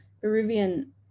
Peruvian